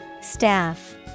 Staff